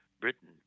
Britain